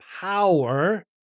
power